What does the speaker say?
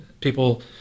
People